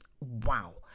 Wow